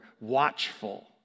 watchful